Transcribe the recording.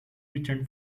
return